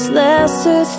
lesser